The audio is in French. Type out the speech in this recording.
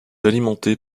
alimenté